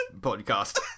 podcast